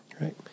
Right